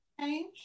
change